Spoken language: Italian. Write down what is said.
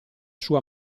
sua